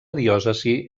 diòcesi